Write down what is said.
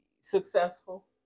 successful